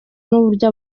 n’uburyo